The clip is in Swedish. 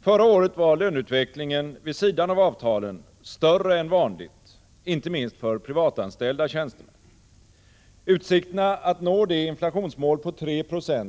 Förra året var löneutvecklingen vid sidan av avtalen större än vanligt, inte minst för privatanställda tjänstemän. Utsikterna att nå det inflationsmål på